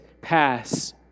pass